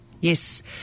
Yes